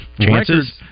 chances